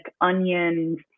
onions